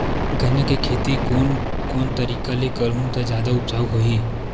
गन्ना के खेती कोन कोन तरीका ले करहु त जादा उपजाऊ होही?